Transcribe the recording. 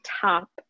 top